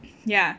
ya